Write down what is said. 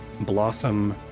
Blossom